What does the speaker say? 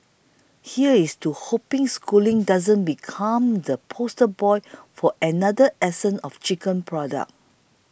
here's to hoping Schooling doesn't become the poster boy for another 'essence of chicken' product